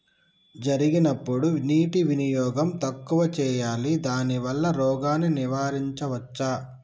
జరిగినప్పుడు నీటి వినియోగం తక్కువ చేయాలి దానివల్ల రోగాన్ని నివారించవచ్చా?